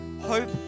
Hope